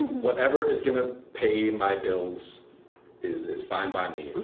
whatever is gonna pay my bills is is fine by me.